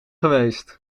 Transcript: geweest